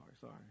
sorry